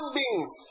beings